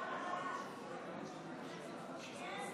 אם כן,